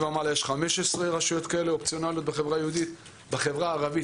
וישנן עוד 11 מועצות אזוריות שאופציונאליות להצטרף לשיטור המועצתי,